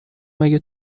مگه